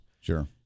Sure